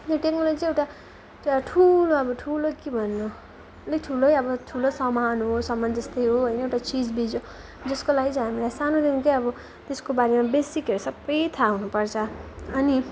त्यो टेक्नोलोजी चाहिँ एउटा एउटा ठुलो अब ठुलो के भन्नु अलिक ठुलै अब ठुलो सामान हो सामान जस्तै हो होइन एउटा चिजबिज हो जसको लागि चाहिँ हामीलाई सानोदेखिकै अब त्यसको बारेमा बेसिकहरू सबै थाहा हुनुपर्छ अनि